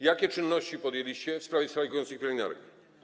Jakie czynności podjęliście w sprawie strajkujących pielęgniarek?